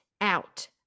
out